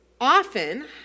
Often